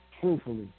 truthfully